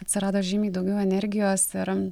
atsirado žymiai daugiau energijos ir